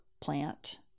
plant